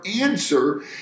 answer